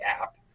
app